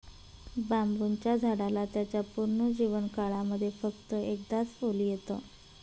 बांबुच्या झाडाला त्याच्या पूर्ण जीवन काळामध्ये फक्त एकदाच फुल येत